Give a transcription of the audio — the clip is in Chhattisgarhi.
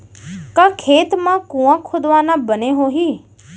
का खेत मा कुंआ खोदवाना बने होही?